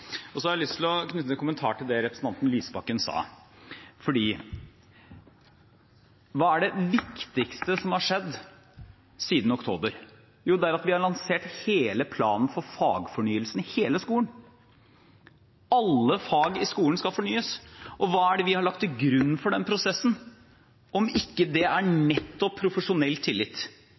2014. Så har jeg lyst til å knytte en kommentar til det representanten Lysbakken sa, for hva er det viktigste som har skjedd siden oktober? Jo, det er at vi har lansert planen for fagfornyelse i hele skolen. Alle fag i skolen skal fornyes. Og hva er det vi har lagt til grunn for den prosessen om ikke det nettopp er profesjonell tillit,